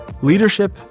Leadership